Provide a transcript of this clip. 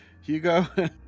Hugo